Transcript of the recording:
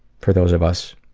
for those of us.